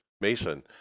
Mason